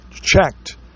checked